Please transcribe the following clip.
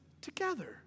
together